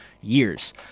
years